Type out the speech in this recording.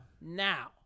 now